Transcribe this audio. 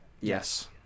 Yes